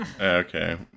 Okay